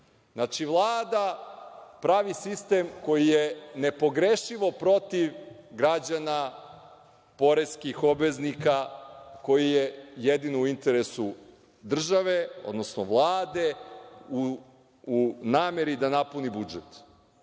Znači, Vlada pravi sistem koji je nepogrešivo protiv građana, poreskih obveznika koji je jedini u interesu države, odnosno Vlade u nameri da napuni budžet.